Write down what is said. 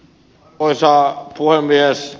arvoisa puhemies